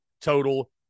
total